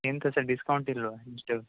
ಎಂತ ಸಹ ಡಿಸ್ಕೌಂಟ್ ಇಲ್ಲವ ಇಷ್ಟು